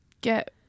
get